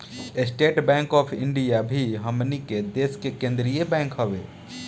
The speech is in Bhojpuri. स्टेट बैंक ऑफ इंडिया भी हमनी के देश के केंद्रीय बैंक हवे